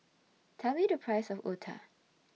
Tell Me The Price of Otah